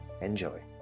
Enjoy